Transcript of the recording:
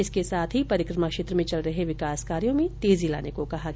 इसके साथ ही परिक्रमा क्षेत्र में चल रहे विकास कार्यों में तेजी लाने को कहा गया